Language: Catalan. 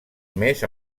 mes